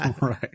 Right